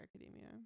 academia